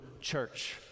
church